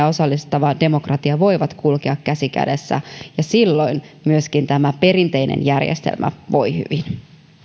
osallistava demokratia voivat kulkea käsi kädessä ja silloin myöskin tämä perinteinen järjestelmä voi hyvin